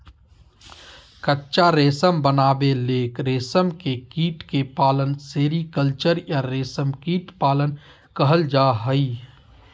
कच्चा रेशम बनावे ले रेशम के कीट के पालन सेरीकल्चर या रेशम कीट पालन कहल जा हई